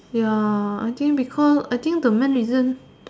ya I think because I think the main reason